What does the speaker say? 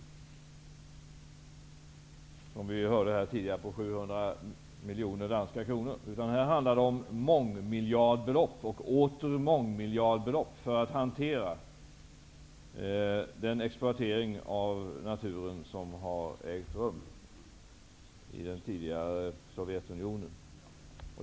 Den är ju som vi hörde här tidigare på Här handlar det om mångmiljardbelopp och åter mångmiljardbelopp för att hantera den exploatering av naturen som har ägt rum i det tidigare Sovjetunionen.